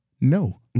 no